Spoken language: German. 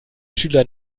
schüler